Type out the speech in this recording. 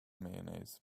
mayonnaise